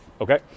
Okay